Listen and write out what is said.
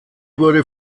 wurde